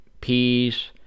peace